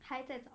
还在找